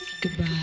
goodbye